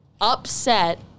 upset